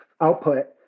output